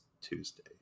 Tuesday